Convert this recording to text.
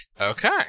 Okay